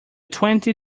twenty